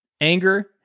anger